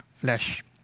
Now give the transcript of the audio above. flesh